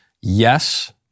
Yes